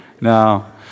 No